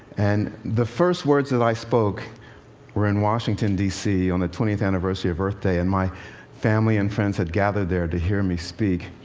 and the first words that i spoke were in washington, d c, on the twentieth anniversary of earth day. and my family and friends had gathered there to hear me speak.